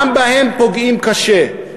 גם בהם פוגעים קשה.